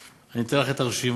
אני אתן לך את הרשימה.